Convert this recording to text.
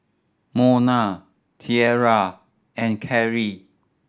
Mona Tiara and Kerry